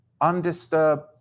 undisturbed